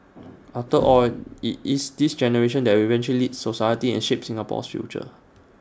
after all IT is this generation that will eventually society and shape Singapore's future